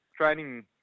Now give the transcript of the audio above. training